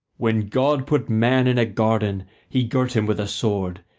when god put man in a garden he girt him with a sword,